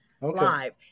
live